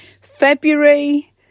february